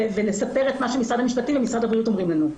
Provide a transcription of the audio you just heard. ולספר את מה שמשרד המשפטים ומשרד הבריאות אומרים לנו,